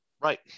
Right